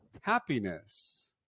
happiness